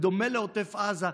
בדומה לעוטף עזה,